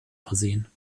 versehen